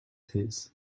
his